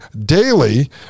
daily